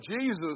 Jesus